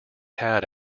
had